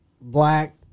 black